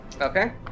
Okay